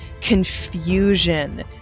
confusion